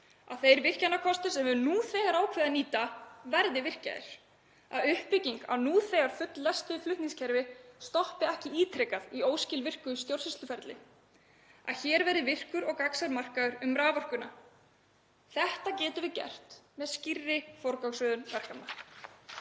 að þeir virkjunarkostir sem við höfum nú þegar ákveðið að nýta verði virkjaðir, að uppbygging á nú þegar fulllestuðu flutningskerfi stoppi ekki ítrekað í óskilvirku stjórnsýsluferli, að hér verði virkur og gagnsær markaður um raforkuna. Þetta getum við gert með skýrri forgangsröðun verkefna.